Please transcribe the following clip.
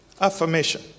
affirmation